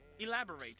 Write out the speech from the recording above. Elaborate